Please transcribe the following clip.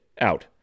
out